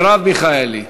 מרב מיכאלי.